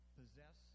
possess